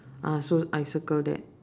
ah so I circle that